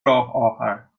راهآهن